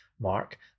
mark